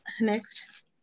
Next